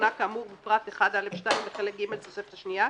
שסומנה כאמור בפרט 1א(2) לחלק ג' בתוספת השנייה,